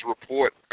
report